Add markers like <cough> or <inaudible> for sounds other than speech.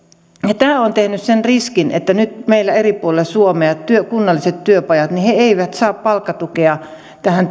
tämä on tehnyt sen riskin että nyt meillä eri puolilla suomea kunnalliset työpajat eivät saa palkkatukea tähän <unintelligible>